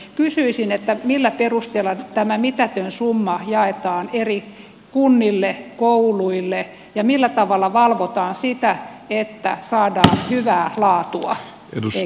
kysyisin millä perusteella tämä mitätön summa jaetaan eri kunnille kouluille ja millä tavalla valvotaan sitä että saadaan hyvää laatua eikä puhemies antoi puheenvuoron seuraavalle puhujalle